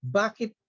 bakit